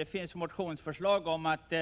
Det finns motionsförslag om att